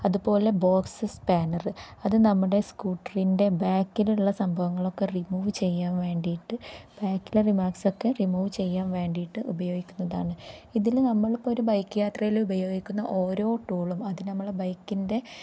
അതുപോലെ box spanner അത് നമ്മുടെ സ്കൂട്ടറിൻ്റെ ബാക്കിലുള്ള സംഭവങ്ങളൊക്കെ റിമൂവ് ചെയ്യാൻ വേണ്ടിയിട്ട് ബാക്കിലെ റിമാർക്സൊക്കെ റിമൂവ് ചെയ്യാൻ വേണ്ടിയിട്ട് ഉപയോഗിക്കുന്നതാണ് ഇതിൽ നമ്മളിപ്പോൾ ഒരു ബൈക്ക് യാത്രയിൽ ഉപയോഗിക്കുന്ന ഓരോ ടൂളും അത് നമ്മളെ ബൈക്കിൻ്റെ